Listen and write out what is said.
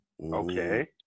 Okay